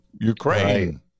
Ukraine